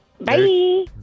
Bye